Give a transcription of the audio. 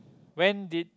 when did